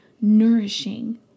nourishing